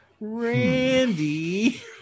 Randy